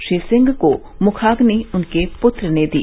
श्री सिंह को मुखाग्नि उनके पुत्र ने दी